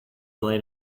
laid